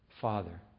Father